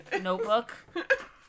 notebook